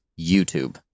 YouTube